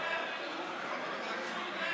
הודעה למזכירת